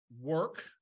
work